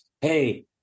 hey